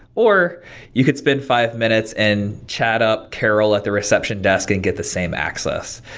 or you could spend five minutes and chat up carol at the reception desk and get the same access.